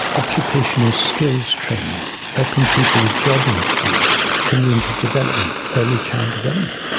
occupational skills training, helping people with job interviews, community development, early child development.